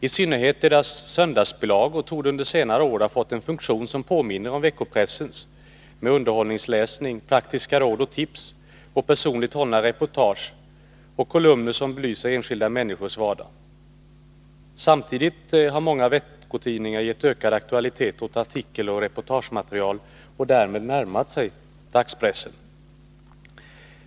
I synnerhet kvällstidningarnas söndagsbilagor torde under senare år ha fått en funktion som påminner om veckopressens med underhållningsläsning, praktiska råd och tips, personligt hållna reportage och kolumner som belyser enskilda människors vardag. Samtidigt har många veckotidningar gett ökad aktualitet åt artikeloch reportagematerial och därmed närmat sig dagspressen.